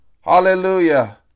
Hallelujah